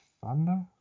Thunder